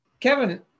Kevin